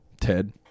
Ted